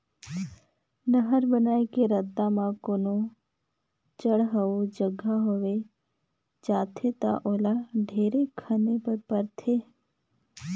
नहर बनाए के रद्दा म कोनो चड़हउ जघा होवे जाथे ता ओला ढेरे खने पर परथे